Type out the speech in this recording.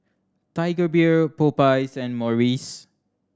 Tiger Beer Popeyes and Morries